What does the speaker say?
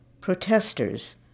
Protesters